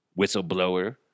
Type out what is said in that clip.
whistleblower